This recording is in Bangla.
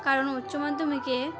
কারণ উচ্চমাধ্যমিকে